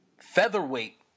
featherweight